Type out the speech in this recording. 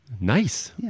nice